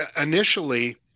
initially